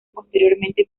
posteriormente